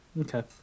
okay